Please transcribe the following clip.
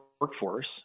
workforce